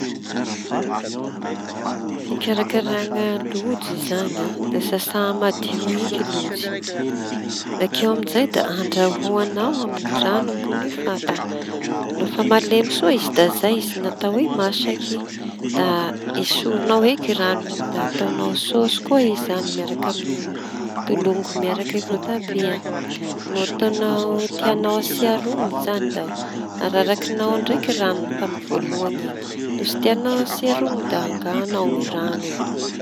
Fikarakaraña lojy izañy a da sasa madio eky lojy iñy bakeo amizay da andrahoañao amin'ny rano ambony fatana no fa malemy soa izy da zay iz no atao e masaky da esorinao eky ranony iñy da ataonao sôsy miaraky tolongo miaraky vôtabia no ataonao no tiañao asia roniñy izañy da ararakinao ndraiky iñy ranony tamin'ny voalohany iñy no tsy tiana asiana rony da engañao koa ny rano iñy.